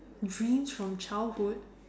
dreams from childhood